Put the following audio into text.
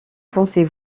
pensez